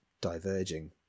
diverging